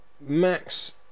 Max